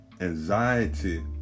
anxiety